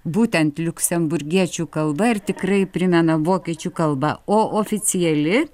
būtent liuksemburgiečių kalba ir tikrai primena vokiečių kalbą o oficiali